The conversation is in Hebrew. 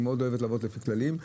היא אוהבת מאוד לעבוד לפי כללים.